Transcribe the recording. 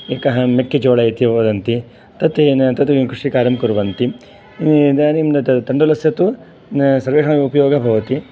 एकः मेक्केजोळा इति वदन्ति तत् कृषिकार्यं कुर्वन्ति इदानीं तण्डुलस्य तु सर्वेषाम् उपयोगः भवति